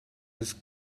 his